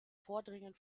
vordringen